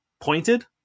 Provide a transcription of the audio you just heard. pointed